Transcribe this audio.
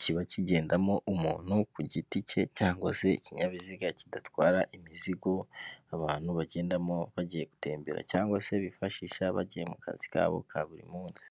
kiba kigendamo umuntu ku giti cye, cyangwa se ikinyabiziga kidatwara imizigo, abantu bagendamo bagiye gutembera cyangwa se bifashisha bagiye mu kazi kabo ka buri munsi.